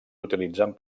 utilitzen